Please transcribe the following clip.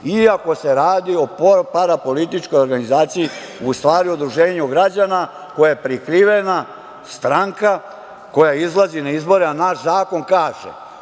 iako se radi o parapolitičkoj organizaciji, u stvari o udruženju građana, koje je prikrivena stranka koja izlazi na izbore, a naš zakon kaže